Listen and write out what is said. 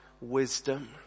wisdom